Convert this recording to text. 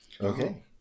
Okay